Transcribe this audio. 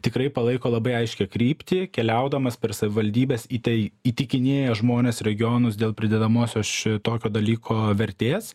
tikrai palaiko labai aiškią kryptį keliaudamas per savivaldybes į tai įtikinėjo žmones regionus dėl pridedamosios ši tokio dalyko vertės